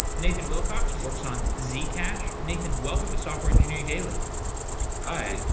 nathan wilcox works on zcash. nathan, welcome to software engineering daily hi.